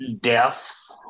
deaths